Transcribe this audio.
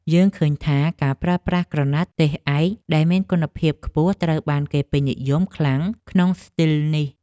យើងឃើញថាការប្រើប្រាស់ក្រណាត់ទេសឯកដែលមានគុណភាពខ្ពស់ត្រូវបានគេពេញនិយមខ្លាំងក្នុងស្ទីលនេះ។